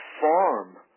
farm